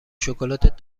شکلات